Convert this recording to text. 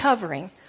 covering